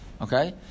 Okay